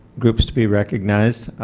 groups to be recognized